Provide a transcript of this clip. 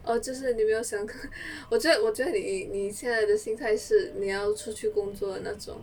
orh 就是你没有想过我觉得你现在的心态是你要出去工作那种